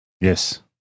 Yes